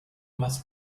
must